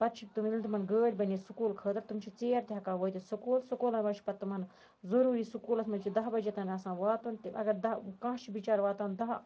پَتہٕ چھِ تِمَن ییٚلہِ تِمَن گٲڑۍ بنیٚیہِ سکوٗل خٲطرٕ تِم چھِ ژیٖر تہِ ہیٚکان وٲتِتھ سُکول سُکولَن مَنٛز چھ پَتہٕ تِمَن ضوٚروٗری سکولَس مَنٛز چھِ داہ بجے تام آسان واتُن تِم اَگَر داہہ کانٛہہ چھُ بَچار واتان داہہ